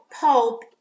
Pulp